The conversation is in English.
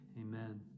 amen